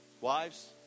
Wives